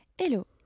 Hello